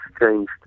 changed